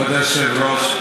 כבוד היושב-ראש,